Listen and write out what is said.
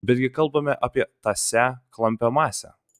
bet gi kalbame apie tąsią klampią masę